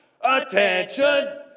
Attention